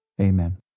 Amen